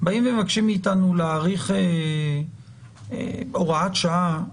באים מבקשים מאיתנו להאריך הוראת שעה,